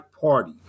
party